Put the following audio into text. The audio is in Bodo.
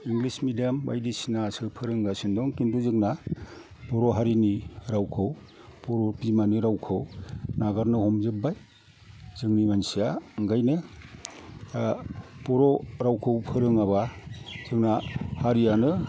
इंग्लिस मिदियाम बायदिसिनासो फोरोंगासिनो दं खिन्थु जोंना बर' हारिनि रावखौ बर' बिमानि रावखौ नागारनो हमजोबबाय जोंनि मानसिया ओंखायनो बर' रावखौ फोरोङाबा जोंना हारियानो